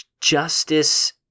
justice